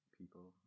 people